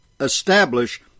establish